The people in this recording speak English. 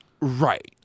Right